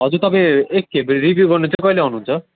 हजुर तपाईँ एकखेप रिभ्यू गर्नु चाहिँ कहिले आउनुहुन्छ